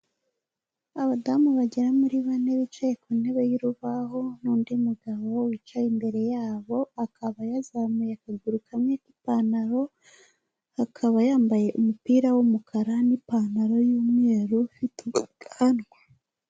Abadamu bagera muri bane bicaye ku ntebe y'urubaho n'undi mugabo wicaye imbere yabo, akaba yazamuye akaguru kamwe k'ipantaro, akaba yambaye umupira w'umukara n'ipantaro y'umweru ufite ubwanwa.